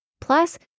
plus